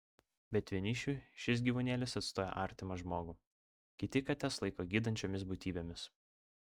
bet vienišiui šis gyvūnėlis atstoja artimą žmogų kiti kates laiko gydančiomis būtybėmis